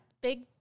big